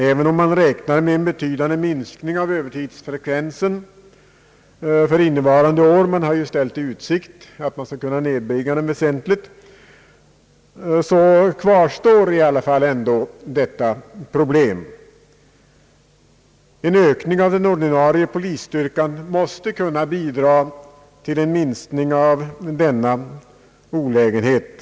Även om man räknar med en betydande minskning av övertidsfrekvensen innevarande år — man har ställt i utsikt att kunna nedbringa övertiden väsentligt — kvarstår detta problem. En ökning av den ordinarie polisstyrkan måste bidra till en minskning av denna olägenhet.